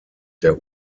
der